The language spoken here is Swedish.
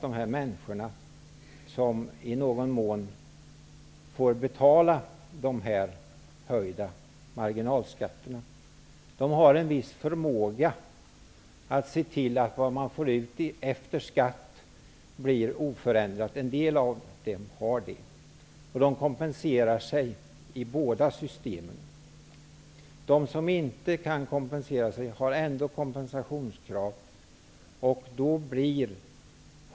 De människor som i någon mån får betala de höjda marginalskatterna har en viss förmåga att se till att det som de får ut efter skatt förblir oförändrat. En del av dem har gjort så, och de kompenserar sig i båda systemen. De människor som inte kan kompensera sig har ändå kompensationskrav.